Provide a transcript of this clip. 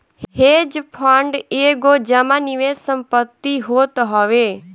hedge fund एगो जमा निवेश संपत्ति होत हवे